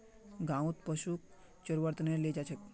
गाँउत पशुक चरव्वार त न ले जा छेक